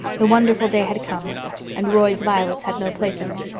the wonderful day had come and roy's violets had no place in it.